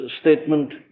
statement